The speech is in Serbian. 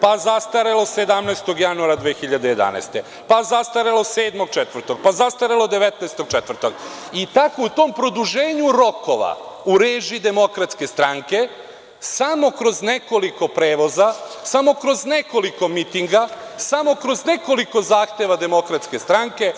pa zastarelo 17. januara 2011. godine, pa zastarelo 07.04, pa zastarelo 19.4, i tako u tom produženju rokova u režiji Demokratske stranke, samo kroz nekoliko prevoza, samo kroz nekoliko mitinga, samo kroz nekoliko zahteva Demokratske stranke,